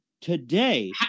today